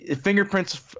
fingerprints